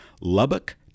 Lubbock